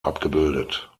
abgebildet